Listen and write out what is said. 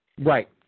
Right